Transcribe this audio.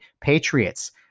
Patriots